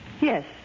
Yes